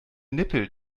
nippel